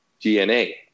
DNA